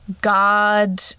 God